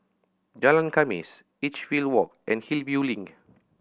Jalan Khamis Edgefield Walk and Hillview Link